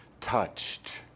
touched